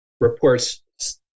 reports